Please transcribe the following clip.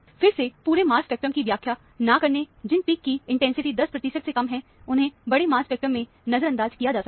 फिर से पूरे मास स्पेक्ट्रम की व्याख्या न करें जिन पीक की इंटेंसिटी 10 प्रतिशत से कम हैं उन्हें बड़े मास स्पेक्ट्रम में नजर अंदाज किया जा सकता है